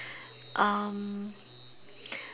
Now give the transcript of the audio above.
um